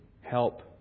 help